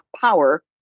power